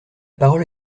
parole